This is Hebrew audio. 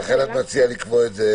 לכן איך את מציעה לקבוע את זה?